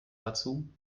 dazu